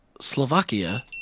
Slovakia